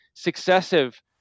successive